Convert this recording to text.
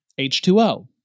H2O